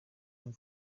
ati